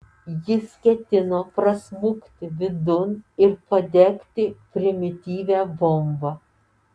jis ketino prasmukti vidun ir padegti primityvią bombą